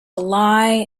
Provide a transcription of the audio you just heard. lie